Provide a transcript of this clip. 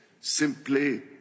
simply